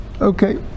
Okay